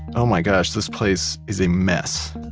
oh my gosh this place is a mess.